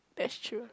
that's true